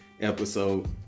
episode